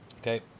Okay